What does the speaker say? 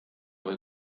või